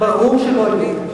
ברור שלא יהיו.